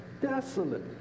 desolate